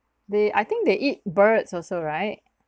they I think they eat birds also right